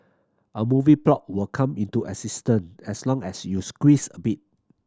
a movie plot will come into existent as long as you squeeze a bit